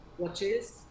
watches